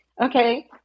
Okay